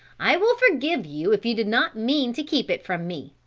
i will forgive you if you did not mean to keep it from me.